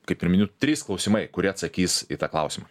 kaip ir miniu trys klausimai kurie atsakys į tą klausimą